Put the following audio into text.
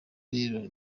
rero